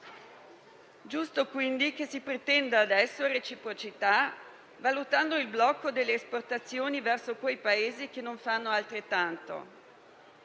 Giusto, quindi, che si pretenda adesso reciprocità, valutando il blocco delle esportazioni verso quei Paesi che non fanno altrettanto.